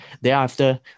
Thereafter